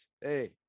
hey